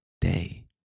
day